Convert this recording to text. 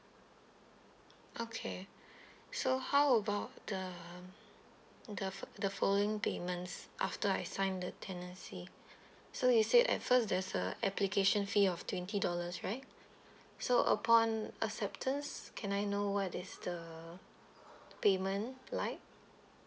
okay so how about the um the fol~ the following payments after I sign the tenancy so you said at first there's a application fee of twenty dollars right so upon acceptance can I know what is the payment like